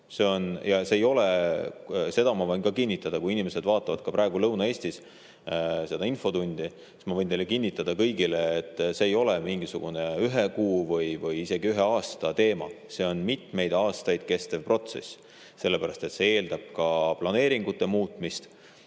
peamegi seda ühiselt tegema, otsima kompromissi. Kui inimesed vaatavad ka praegu Lõuna-Eestis seda infotundi, siis ma võin teile kinnitada kõigile, et see ei ole mingisugune ühe kuu või isegi ühe aasta teema. See on mitmeid aastaid kestev protsess, sellepärast et see eeldab ka planeeringute muutmist.